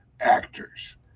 actors